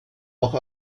auch